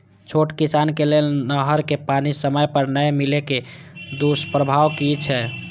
छोट किसान के लेल नहर के पानी समय पर नै मिले के दुष्प्रभाव कि छै?